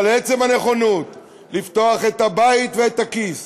אבל עצם הנכונות לפתוח את הבית ואת הכיס